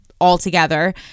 altogether